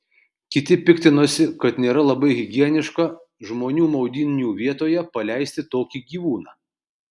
kiti piktinosi kad nėra labai higieniška žmonių maudynių vietoje paleisti tokį gyvūną